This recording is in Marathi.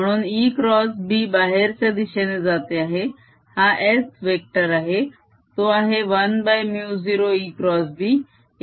म्हणून ExB बाहेरच्या दिशेने जाते आहे हा S वेक्टर आहे तो आहे 1μ0 ExB